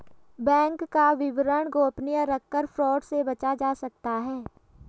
bank का विवरण गोपनीय रखकर फ्रॉड से बचा जा सकता है